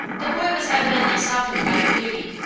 the boy was evidently softened by her beauty,